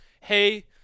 Hey